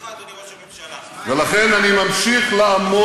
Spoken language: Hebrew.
אז מה התוכנית שלך, אדוני ראש הממשלה?